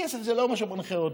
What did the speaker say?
הכסף זה לא מה שמנחה אותי.